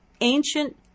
ancient